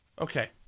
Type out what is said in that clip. okay